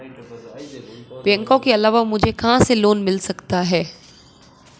बैंकों के अलावा मुझे कहां से लोंन मिल सकता है?